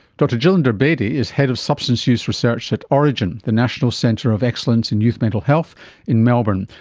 dr gillinder bedi is head of substance use research at orygen, the national centre of excellence in youth mental health in melbourne.